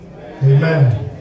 Amen